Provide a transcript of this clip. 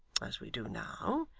as we do now,